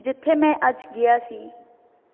ਜਿੱਥੇ ਮੈਂ ਅੱਜ ਗਿਆ ਸੀ